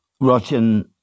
Russian